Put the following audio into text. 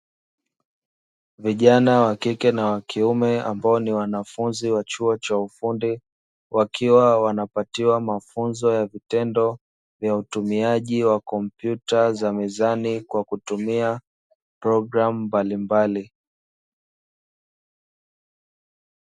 Vijana wa kike na wa kiume ambao ni wanafunzi wa chuo cha ufundi wakiwa wanapatiwa mafunzo ya vitendo, ya utumiaji wa kompyuta za mezani kwa kutumia programu mbalimbali.